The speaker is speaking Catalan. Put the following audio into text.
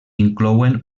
inclouen